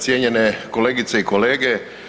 Cijenjene kolegice i kolege.